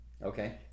Okay